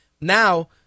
Now